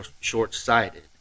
short-sighted